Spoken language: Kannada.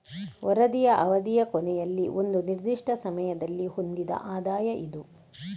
ವರದಿಯ ಅವಧಿಯ ಕೊನೆಯಲ್ಲಿ ಒಂದು ನಿರ್ದಿಷ್ಟ ಸಮಯದಲ್ಲಿ ಹೊಂದಿದ ಆದಾಯ ಇದು